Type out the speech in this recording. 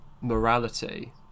morality